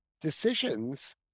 decisions